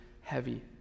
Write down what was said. heavy